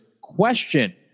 question